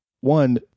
one